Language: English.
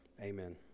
Amen